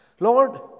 Lord